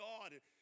God